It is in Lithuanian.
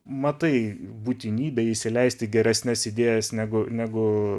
matai būtinybę įsileisti geresnes idėjas negu negu